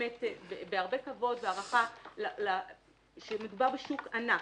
בהרבה כבוד והערכה כשמדובר בשוק ענק.